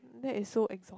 that is so awesome